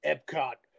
Epcot